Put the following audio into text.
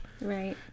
Right